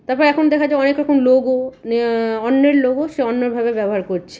তারপর এখন দেখা যায় অনেক রকম লোগো অন্যের লোগো সে অন্যায়ভাবে ব্যবহার করছে